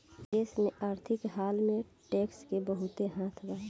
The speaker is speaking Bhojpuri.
देश के आर्थिक हाल में टैक्स के बहुते हाथ बा